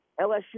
LSU